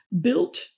built